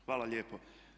Hvala lijepo.